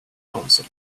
council